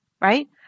right